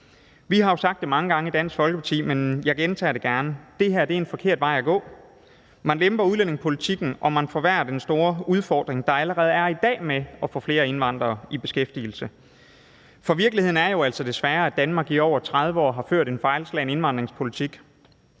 Vi har jo sagt det mange gange i Dansk Folkeparti, men jeg gentager det gerne: Det her er en forkert vej at gå. Man lemper udlændingepolitikken, og man forværrer den store udfordring, der allerede i dag er med at få flere indvandrere i beskæftigelse. For virkeligheden er jo altså desværre, at Danmark i over 30 år har ført en fejlslagen indvandringspolitik,